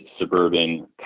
suburban